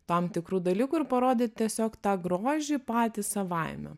tam tikrų dalykų ir parodyt tiesiog tą grožį patį savaime